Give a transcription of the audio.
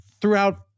throughout